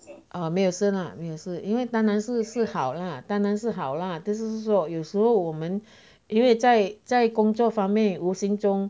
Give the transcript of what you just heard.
啊没有是啦没有是因为当然是是好啦当然是好啦就是说有时候我们因为在在工作方面无形中